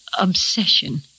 Obsession